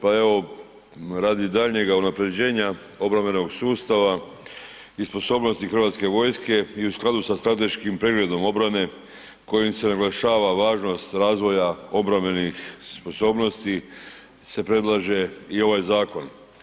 Pa evo, radi daljnjeg unaprjeđenja obrambenog sustava i sposobnosti Hrvatske vojske i u skladu sa Strateški pregledom obrane kojim se naglašava važnost razvoja obrambenih sposobnosti se predlaže i ovaj zakon.